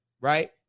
right